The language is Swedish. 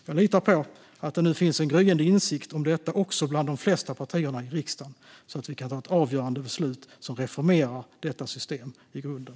Jag litar på att det nu finns en gryende insikt om detta, också bland de flesta partierna i riksdagen så att det kan tas ett avgörande beslut som reformerar detta system i grunden.